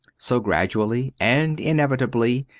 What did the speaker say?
so, gradually and inevitably,